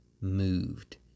moved